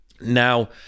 Now